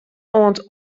oant